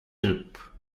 trip